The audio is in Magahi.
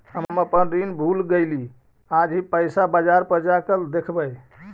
हम अपन ऋण भूल गईली आज ही पैसा बाजार पर जाकर देखवई